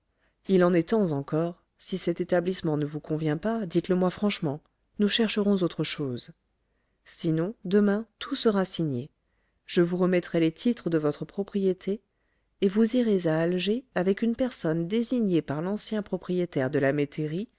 il en est temps encore si cet établissement ne vous convient pas dites-le-moi franchement nous chercherons autre chose sinon demain tout sera signé je vous remettrai les titres de votre propriété et vous irez à alger avec une personne désignée par l'ancien propriétaire de la